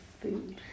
food